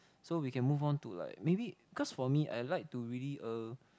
so we can move on to like maybe cause for me I like to really uh